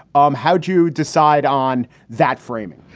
um how do you decide on that framing?